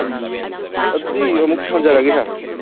ꯑꯗꯗꯨꯤ ꯑꯃꯨꯛ ꯊꯝꯖꯔꯒꯦ ꯁꯥꯔ